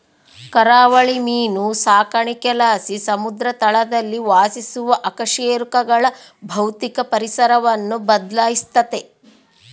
ಕರಾವಳಿ ಮೀನು ಸಾಕಾಣಿಕೆಲಾಸಿ ಸಮುದ್ರ ತಳದಲ್ಲಿ ವಾಸಿಸುವ ಅಕಶೇರುಕಗಳ ಭೌತಿಕ ಪರಿಸರವನ್ನು ಬದ್ಲಾಯಿಸ್ತತೆ